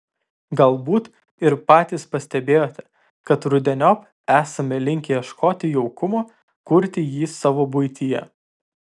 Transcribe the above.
galbūt ir patys pastebėjote kad rudeniop esame linkę ieškoti jaukumo kurti jį savo buityje